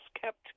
kept